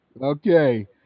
Okay